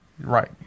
Right